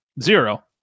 Zero